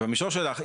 במישור שלך,